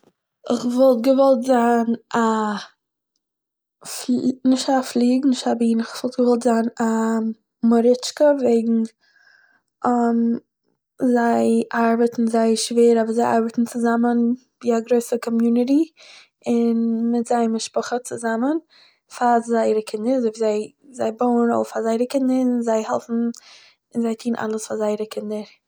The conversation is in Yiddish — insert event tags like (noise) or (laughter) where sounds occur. איך וואלט געוואלט זיין א פלי- נישט א פליג, נישט א בין, איך וואלט געוואלט זיין א מוריטשקע וועגן (hesitation) זיי ארבעטן זייער שווער אבער זיי ארבעטן צוזאמען (unintelligible) קאמיוניטי, און מיט זייער משפחה צוזאמען פאר זייער (unintelligible) זיי בויען אויף (unintelligible) זיי העלפן און זיי טוהען אלעס פאר זייערע קינדער